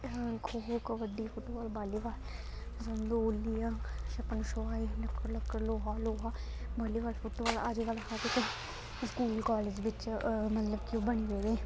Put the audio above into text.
खो kho kabaddi football volleyball संतोलिया छप्पन छुपाई लक्कड़ लक्कड़ लोहा लोहा बालीबाल फुटबाल अजकल्ल हर इक स्कूल कालेज बिच्च मतलब की ओह् बनी गेदे